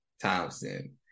Thompson